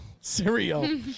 cereal